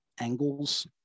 angles